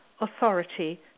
authority